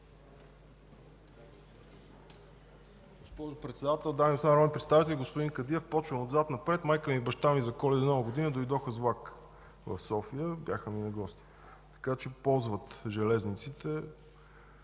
Господин Кадиев, започвам отзад напред. Майка ми и баща ми за Коледа и Нова година дойдоха с влак в София, бяха ми на гости, така че ползват железниците